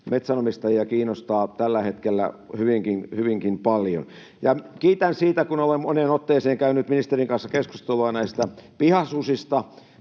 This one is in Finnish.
metsänomistajia kiinnostaa tällä hetkellä hyvinkin paljon. Kiitän, kun olen moneen otteeseen käynyt ministerin kanssa keskustelua pihasusista,